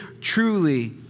truly